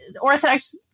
Orthodox